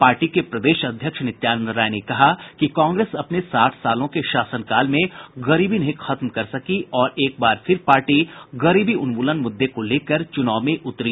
party के प्रदेश अध्यक्ष नित्यानंद राय ने कहा कि कांग्रेस अपने साठ सालों के शासनकाल में गरीबी नहीं खत्म कर सकी और एक बार फिर पार्टी गरीबी उन्मूलन मुद्दे को लेकर चुनाव में उतरी है